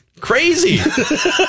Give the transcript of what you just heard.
Crazy